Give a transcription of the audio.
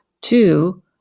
Two